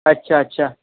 अच्छा अच्छा